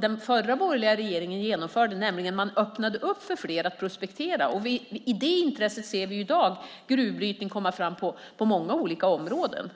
Den förra borgerliga regeringen öppnade för fler att prospektera. I dag ser vi gruvbrytning komma fram på många olika områden.